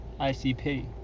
ICP